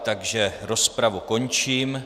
Takže rozpravu končím.